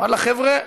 ואללה, חבר'ה.